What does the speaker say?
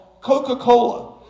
Coca-Cola